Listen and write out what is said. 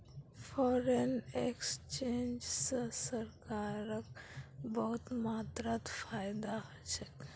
foreign exchange स सरकारक बहुत मात्रात फायदा ह छेक